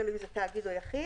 תלוי אם זה תאגיד או יחיד.